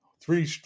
three